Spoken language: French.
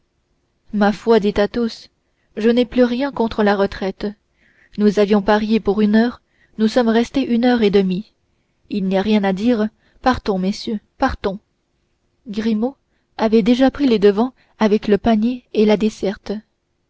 ma foi dit athos je n'ai plus rien contre la retraite nous avions parié pour une heure nous sommes restés une heure et demie il n'y a rien à dire partons messieurs partons grimaud avait déjà pris les devants avec le panier et la desserte